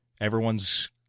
Everyone's